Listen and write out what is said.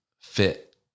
fit